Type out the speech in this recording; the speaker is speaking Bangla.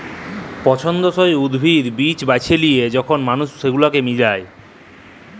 পছল্দসই উদ্ভিদ, বীজ বাছে লিয়ে যখল মালুস সেগুলাকে মিলায়